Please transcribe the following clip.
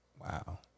wow